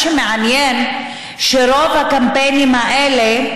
מה שמעניין הוא שרוב הקמפיינים האלה,